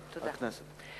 הכנסת.